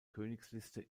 königsliste